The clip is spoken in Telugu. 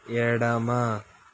ఎడమ